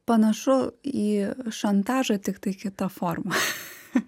panašu į šantažą tiktai kita forma